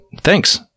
Thanks